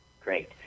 Great